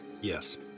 Yes